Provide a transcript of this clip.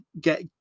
get